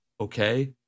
okay